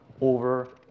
over